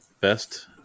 best